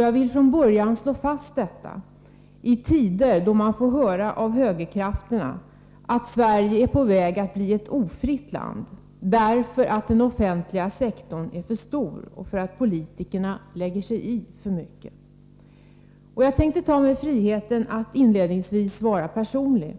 Jag vill från början slå fast detta, i tider då man från högerkrafter får höra att Sverige är på väg att bli ett ofritt land därför att den offentliga sektorn är för stor och politikerna lägger sig i för mycket. Jag tänkte ta mig friheten att inledningsvis vara personlig.